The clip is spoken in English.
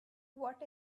what